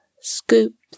scooped